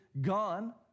gone